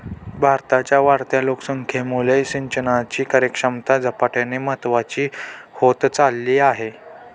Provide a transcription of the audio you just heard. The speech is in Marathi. भारताच्या वाढत्या लोकसंख्येमुळे सिंचनाची कार्यक्षमता झपाट्याने महत्वाची होत चालली आहे